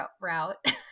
route